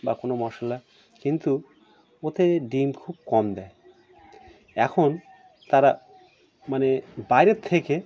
বা কোনো মশলা কিন্তু ওতে ডিম খুব কম দেয় এখন তারা মানে বাইরের থেকে